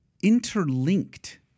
interlinked